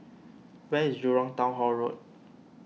where is Jurong Town Hall Road